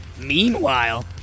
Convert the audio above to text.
meanwhile